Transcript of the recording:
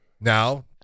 Now